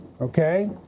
Okay